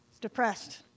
depressed